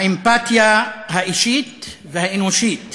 האמפתיה האישית והאנושית